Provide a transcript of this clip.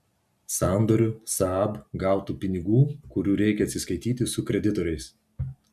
sandoriu saab gautų pinigų kurių reikia atsiskaityti su kreditoriais